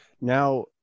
Now